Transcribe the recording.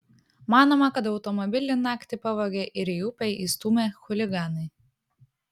manoma kad automobilį naktį pavogė ir į upę įstūmė chuliganai